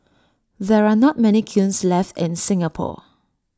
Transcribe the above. there are not many kilns left in Singapore